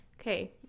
Okay